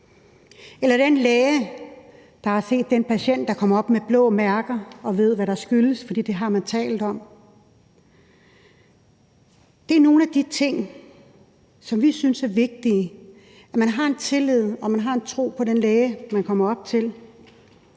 eller den læge, der har set den patient, der kommer med blå mærker, og ved, hvad det skyldes, fordi det har man talt om. Det er nogle af de ting, som vi synes er vigtige – at man har en tillid til og en tro på den læge, man kommer op til.